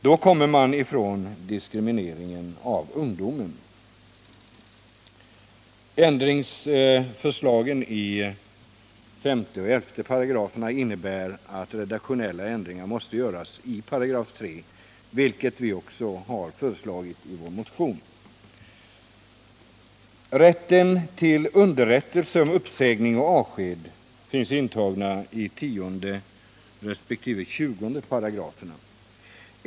Då kommer man ifrån diskrimineringen av ungdomen. Ändringsförslagen i 5 och 11 §§ innebär att redaktionella ändringar måste göras i 3 §, vilket vi också har föreslagit i vår motion. Rätten till underrättelse om uppsägning och avsked finns intagen i 10 resp. 20 §§.